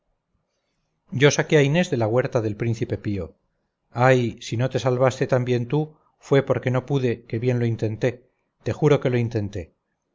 yo saqué a inés de la huerta del príncipe pío ay si no te salvaste también tú fue porque no pude que bien lo intenté te juro que lo intenté